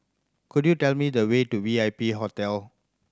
could you tell me the way to V I P Hotel